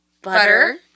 Butter